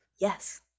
yes